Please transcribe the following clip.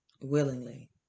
Willingly